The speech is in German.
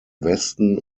westen